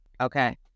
okay